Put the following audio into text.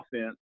offense